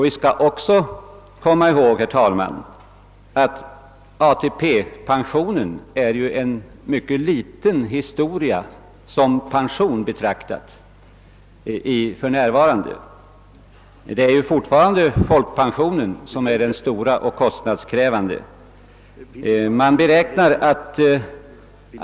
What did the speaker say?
Vi skall komma ihåg att utbetalning 2n av ATP-pensioner ännu är mycket liten; fortfarande är folkpensionen det stora och kostnadskrävande.